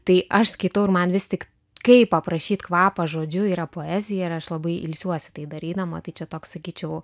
tai aš skaitau ir man vis tik kaip aprašyt kvapą žodžiu yra poezija ir aš labai ilsiuosi tai darydama tai čia toks sakyčiau